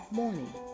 morning